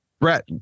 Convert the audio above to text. Brett